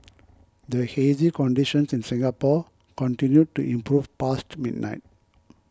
the hazy conditions in Singapore continued to improve past midnight